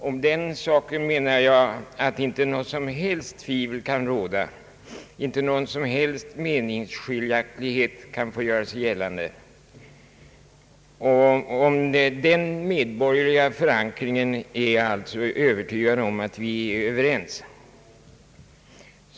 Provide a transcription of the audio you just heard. Om den saken menar jag att inget som helst tvivel kan råda och att ingen som helst menings skiljaktighet får göra sig gällande. Jag är alltså övertygad om att vi är överens i fråga om polisens medborgerliga förankring.